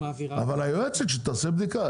היועצת שתעשה בדיקה.